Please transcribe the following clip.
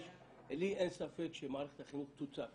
105, לי אין ספק שמערכת החינוך תוצף